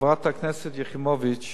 חברת הכנסת יחימוביץ,